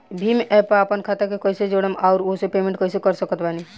Bhim app पर आपन खाता के कईसे जोड़म आउर ओसे पेमेंट कईसे कर सकत बानी?